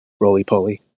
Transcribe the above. roly-poly